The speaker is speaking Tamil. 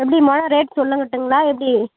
எப்படி முழம் ரேட் சொல்லட்டுங்களா எப்படி